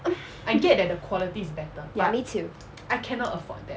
ya me too